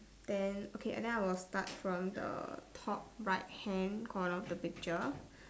then okay then I will start from the top right hand corner of the picture